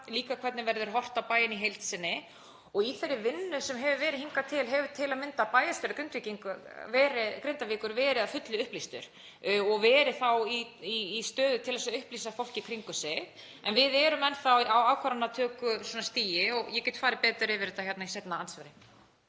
líka hvernig verður horft á bæinn í heild sinni. Í þeirri vinnu sem hefur verið hingað til hefur til að mynda bæjarstjóri Grindavíkur verið að fullu upplýstur og verið þá í stöðu til að upplýsa fólk í kringum sig. En við erum enn þá á ákvarðanatökustigi og ég get farið betur yfir þetta hérna í seinna andsvari.